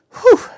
Whew